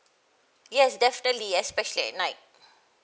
yes definitely especially at night